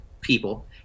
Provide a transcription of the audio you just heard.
people